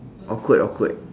awkward awkward